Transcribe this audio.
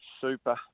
super